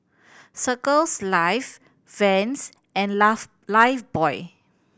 Circles Life Vans and Laugh Lifebuoy